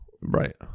Right